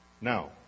Now